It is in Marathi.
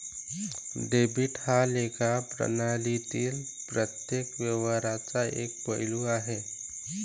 डेबिट हा लेखा प्रणालीतील प्रत्येक व्यवहाराचा एक पैलू आहे